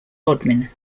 bodmin